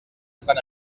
estan